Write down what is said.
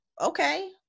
okay